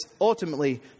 ultimately